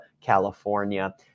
California